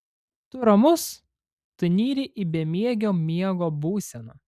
tu ramus tu nyri į bemiegio miego būseną